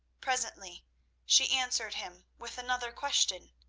presently she answered him with another question.